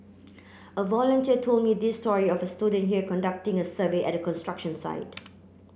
a volunteer told me this story of a student here conducting a survey at a construction site